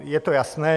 Je to jasné.